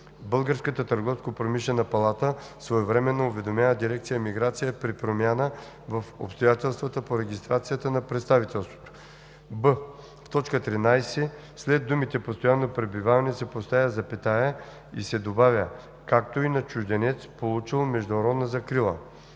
Българската търговско-промишлена палата своевременно уведомява дирекция „Миграция“ при промяна в обстоятелствата по регистрацията на представителството;“ б) в т. 13 след думите „постоянно пребиваване“ се поставя запетая и се добавя „както и на чужденец, получил международна закрила“;